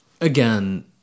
again